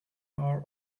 are